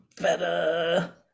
better